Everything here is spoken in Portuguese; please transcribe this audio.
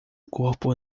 corpo